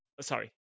Sorry